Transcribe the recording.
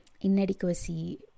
inadequacy